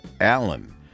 Allen